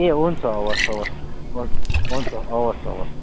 ए हुन्छ हवस् हवस् हुन्छ हुन्छ हवस् हवस्